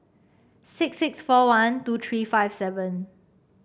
six six four one two three five seven